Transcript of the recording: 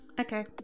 Okay